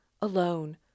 alone